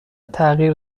تغییر